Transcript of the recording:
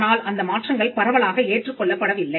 ஆனால் அந்த மாற்றங்கள் பரவலாக ஏற்றுக் கொள்ளப்படவில்லை